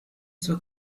zur